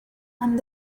and